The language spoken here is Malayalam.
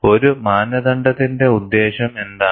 ഒരു മാനദണ്ഡത്തിന്റെ ഉദ്ദേശ്യം എന്താണ്